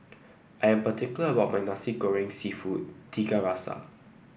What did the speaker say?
I am particular about my Nasi Goreng seafood Tiga Rasa